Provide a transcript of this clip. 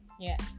Yes